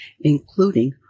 including